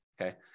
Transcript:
okay